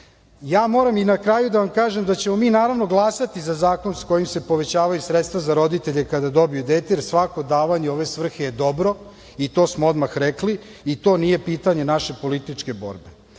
moram i na kraju da vam kažem – da ćemo mi naravno glasati za zakon kojim se povećavaju sredstva za roditelje kada dobiju dete, jer svako davanje u ove svrhe je dobro i to smo odmah rekli i to nije pitanje naše političke borbe. Ono